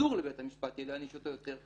אסור יהיה לבית המשפט להעניש אותו יותר.